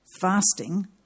fasting